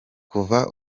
kuva